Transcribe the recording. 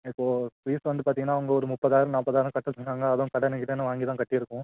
இப்போ ஃபீஸ் வந்து பார்த்திங்கன்னா அங்கே ஒரு முப்பதாயிரம் நாற்பதாயிரம் கட்ட சொன்னாங்க அதுவும் கடனை கிடனை வாங்கி தான் கட்டிருக்கோம்